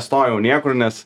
nestojau niekur nes